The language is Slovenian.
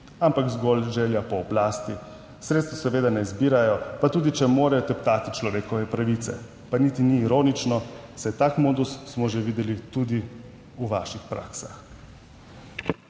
ampak zgolj želja po oblasti. Sredstev seveda ne izbirajo, pa tudi če morajo teptati človekove pravice. Pa niti ni ironično, saj tak modus smo že videli tudi v vaših praksah.